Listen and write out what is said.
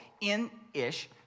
in-ish